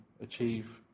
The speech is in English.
achieve